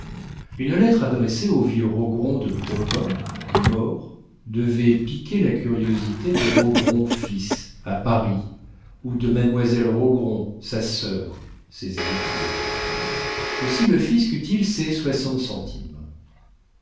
une lettre adressée au vieux rogron de provins mort devait piquer la curiosité de rogron fils à paris ou de mademoiselle rogron sa sœur ses héritiers aussi le fisc eut-il ses soixante centimes